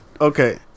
okay